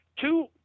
two